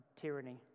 tyranny